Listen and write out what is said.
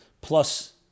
plus